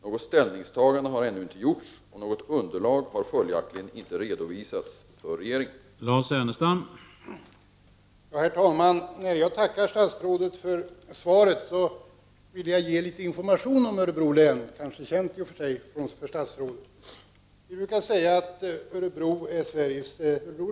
Något ställningstagande har ännu inte gjorts, och något underlag har följaktligen inte redovisats för regeringen.